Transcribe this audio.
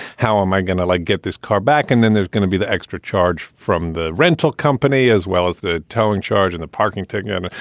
how am i going to like get this car back? and then there's gonna be the extra charge from the rental company as well as the towing charge and the parking ticket. and